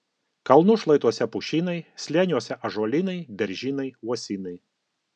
kalnų šlaituose pušynai slėniuose ąžuolynai beržynai uosynai